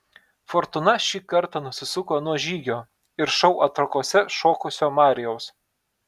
fortūna šį kartą nusisuko nuo žygio ir šou atrankose šokusio marijaus